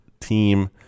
team